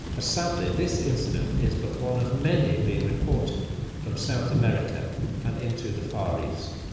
ah sadly this incident is but one of many being reported from south america and into the far east.